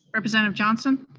representative johnson?